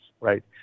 right